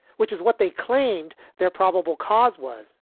which is what they claimed they're probable cause was.